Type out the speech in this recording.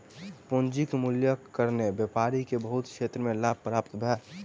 पूंजीक मूल्यक कारणेँ व्यापारी के बहुत क्षेत्र में लाभ प्राप्त भेल